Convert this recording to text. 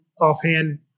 Offhand